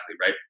right